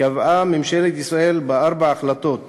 קבעה ממשלת ישראל בארבע החלטות